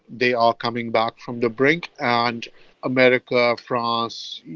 they are coming back from the brink. and america, france,